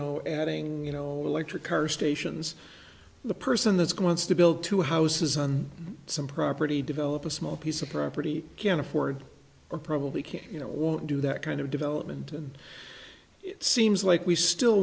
know adding you know electric car stations the person that's going to build two houses on some property develop a small piece of property can afford or probably can't you know won't do that kind of development and it seems like we still